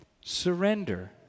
Surrender